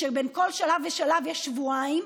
כשבין כל שלב ושלב יש שבועיים,